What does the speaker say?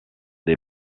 des